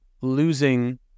losing